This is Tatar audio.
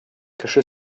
кеше